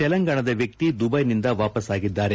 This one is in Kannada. ತೆಲಂಗಾಣದ ವ್ಯಕ್ತಿ ದುಬೈನಿಂದ ವಾಪಸ್ ಆಗಿದ್ದಾರೆ